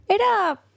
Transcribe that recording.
Era